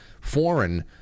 foreign